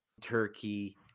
turkey